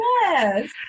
Yes